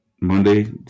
Monday